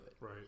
Right